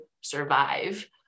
survive